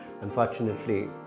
Unfortunately